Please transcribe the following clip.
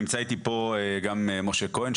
נמצא איתי פה גם משה כהן,